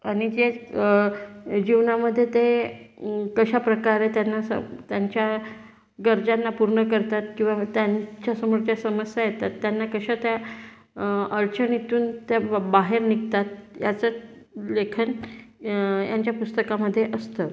आणि जे जीवनामध्ये ते कशाप्रकारे त्यांना सम त्यांच्या गरजांंना पूर्ण करतात किंवा त्यांच्यासमोर ज्या समस्या येतात त्यांना कशा त्या अडचणीतून त्या ब बाहेर निघतात याचं लेखन यांच्या पुस्तकामध्ये असतं